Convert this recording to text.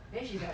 then she's like